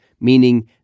meaning